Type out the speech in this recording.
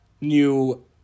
new